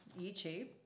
YouTube